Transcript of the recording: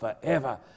forever